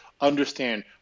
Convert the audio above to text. Understand